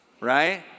right